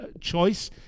choice